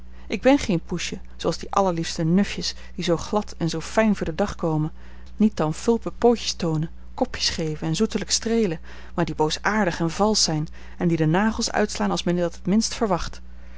ik ben geen poesje zooals die allerliefste nufjes die zoo glad en zoo fijn voor den dag komen niet dan fulpen pootjes toonen kopjes geven en zoetelijk streelen maar die boosaardig en valsch zijn en die de nagels uitslaan als men dat het minst verwacht